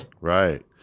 right